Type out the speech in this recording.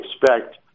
expect